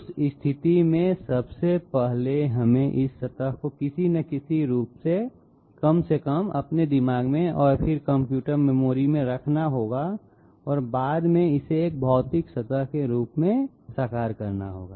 उस स्थिति में सबसे पहले हमें इस सतह को किसी न किसी रूप में कम से कम अपने दिमाग में और फिर कंप्यूटर मेमोरी में रखना होगा और बाद में इसे एक भौतिक सतह के रूप में साकार करना होगा